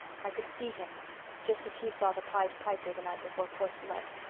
i could see him just as he saw the pied piper the night before courcelette.